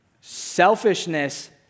selfishness